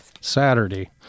Saturday